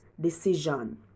decision